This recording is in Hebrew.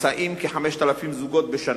נישאים כ-5,000 זוגות בשנה,